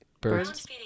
birds